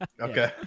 okay